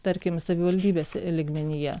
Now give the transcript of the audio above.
tarkim savivaldybės lygmenyje